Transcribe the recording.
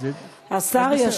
השר פה.